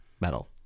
metal